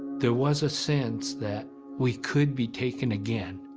there was a sense that we could be taken again,